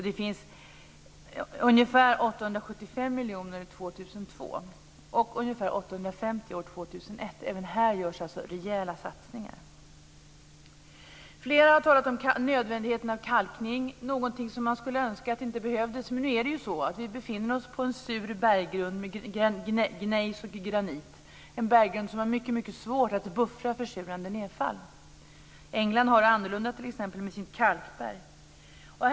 Det finns 875 miljoner år 2002 och ungefär 850 miljoner år 2001. Även här görs rejäla satsningar. Flera har talat om nödvändigheten av kalkning, någonting som man skulle önska inte behövdes. Men nu befinner oss på en sur berggrund med gnejs och granit, en berggrund som har mycket svårt att buffra försurande nedfall. England har det annorlunda med sitt kalkberg.